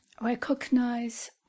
recognize